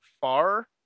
far